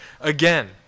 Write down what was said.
again